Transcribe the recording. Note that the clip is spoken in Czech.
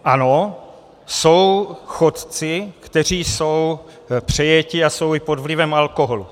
Ano, jsou chodci, kteří jsou přejeti a jsou i pod vlivem alkoholu.